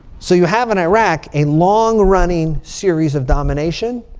so you have in iraq a long-running series of domination